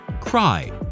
cry